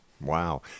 Wow